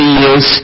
years